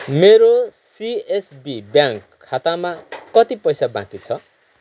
मेरो CSB bank खातामा कति पैसा बाँकी छ